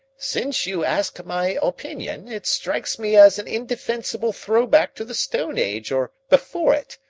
since you ask my opinion, it strikes me as an indefensible throwback to the stone age or before it.